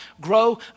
Grow